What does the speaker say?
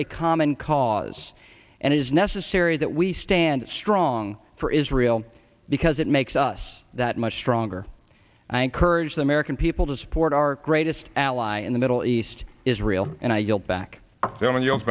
a common cause and it is necessary that we stand strong for israel because it makes us that much stronger and i encourage the american people to support our greatest ally in the middle east israel and i yield back